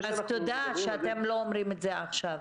תודה שאתם לא אומרים את זה עכשיו...